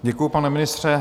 Děkuji, pane ministře.